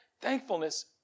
Thankfulness